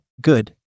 good